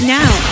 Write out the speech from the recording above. now